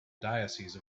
diocese